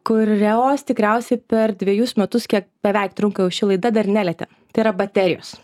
kurios tikriausiai per dvejus metus kiek beveik trunka jau ši laida dar nelietėm tai yra baterijos